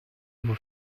vous